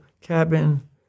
cabin